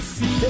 see